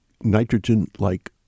nitrogen-like